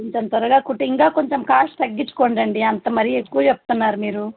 కొంచెం త్వరగా కుట్టి ఇంకా కొంచెం కాస్ట్ తగ్గించుకోండి అండి అంత మరి ఎక్కువ చెప్తున్నారు మీరు